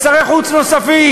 לשרי חוץ נוספים.